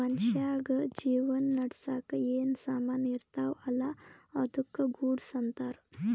ಮನ್ಶ್ಯಾಗ್ ಜೀವನ ನಡ್ಸಾಕ್ ಏನ್ ಸಾಮಾನ್ ಇರ್ತಾವ ಅಲ್ಲಾ ಅದ್ದುಕ ಗೂಡ್ಸ್ ಅಂತಾರ್